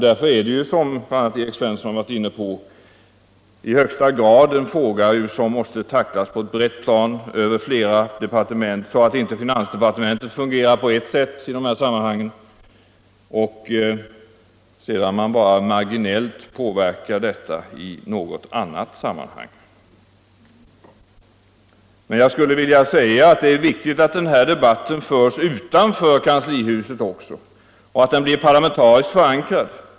Därför är det ju, såsom bl.a. Evert Svensson varit inne på, i högsta grad nödvändigt att angripa denna fråga inom hela regeringen, så att inte finansdepartementet i dessa sammanhang fungerar på ett sätt som främst främjar den gamla världsordningen. Men det är viktigt att den här debatten förs också utanför kanslihuset och att den blir parlamentariskt förankrad.